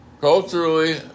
Culturally